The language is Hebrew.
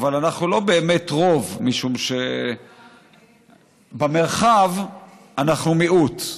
אבל אנחנו לא באמת רוב, משום שבמרחב אנחנו מיעוט,